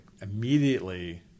immediately